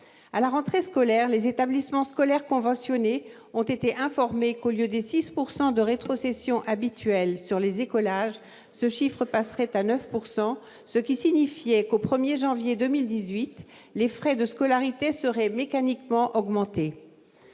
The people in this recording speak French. À la rentrée scolaire, les établissements scolaires conventionnés ont été informés que, au lieu des 6 % de rétrocession habituels sur les écolages, ce chiffre passerait à 9 %, ce qui signifiait que, au 1 janvier 2018, les frais de scolarité seraient mécaniquement augmentés.